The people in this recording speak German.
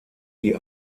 die